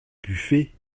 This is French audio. buffet